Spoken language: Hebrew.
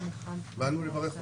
ובאנו לברך אתכם.